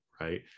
right